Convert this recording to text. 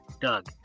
Doug